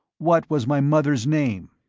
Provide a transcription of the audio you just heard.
what was my mother's name?